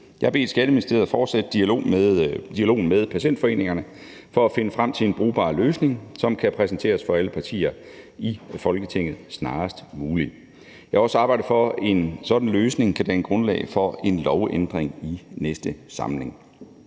har bedt Skatteministeriet fortsætte dialogen med patientforeningerne for at finde frem til en brugbar løsning, som kan præsenteres for alle partier i Folketinget snarest muligt. Jeg har også arbejdet for, at en sådan løsning kan danne grundlag for en lovændring i næste samling.